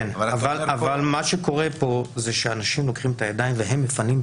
אבל מה שקורה פה זה שאנשים מפנים בעצמם